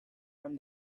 from